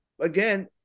again